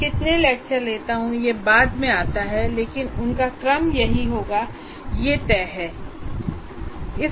मैं कितने लेक्चर लेता हूं ये बाद में आता है लेकिन उनका क्रम यही होगा ये तय है